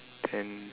then